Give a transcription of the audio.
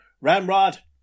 ramrod